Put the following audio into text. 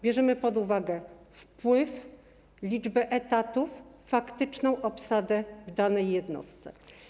Bierzemy pod uwagę wpływ, liczbę etatów, faktyczną obsadę w danej jednostce.